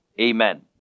Amen